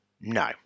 No